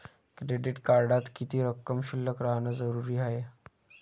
Credit कार्डात किती रक्कम शिल्लक राहानं जरुरी हाय?